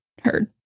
Heard